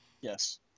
Yes